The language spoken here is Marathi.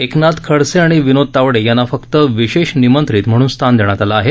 एकनाथ खडसे आणि विनोद तावडे यांना फक्त विशेष निमंत्रित म्हणून स्थान देण्यात आलं आहे